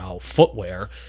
footwear